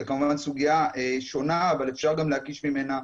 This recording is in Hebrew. זה כמובן סוגיה שונה, אבל אפשר גם להקיש ממנה.